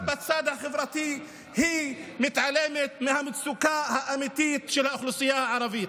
גם בצד החברתי היא מתעלמת מהמצוקה האמיתית של האוכלוסייה הערבית.